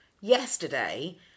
yesterday